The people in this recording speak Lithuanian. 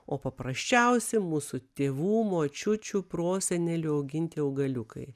o paprasčiausi mūsų tėvų močiučių prosenelių auginti augaliukai